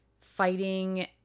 fighting